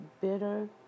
bitter